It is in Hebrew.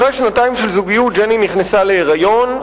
אחרי שנתיים של זוגיות ג'ני נכנסה להיריון,